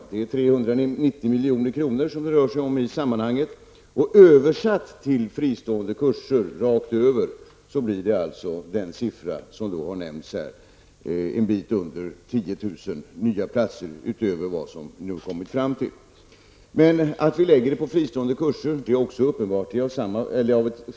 Det rör sig i sammanhanget om 390 milj.kr. Översatt till fristående kurser rakt över blir antalet platser det som har nämnts här, dvs. något mindre än 10 000 nya platser utöver det antal man har kommit fram till. Att vi lägger pengarna på fristående kurser är uppenbart.